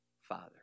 father